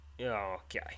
Okay